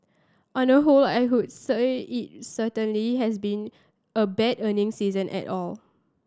on the whole I would say it certainly has been a bad earning season at all